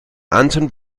anton